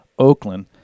Oakland